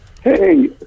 hey